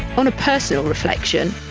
on a personal reflection,